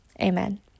amen